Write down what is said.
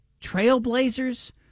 Trailblazers